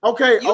Okay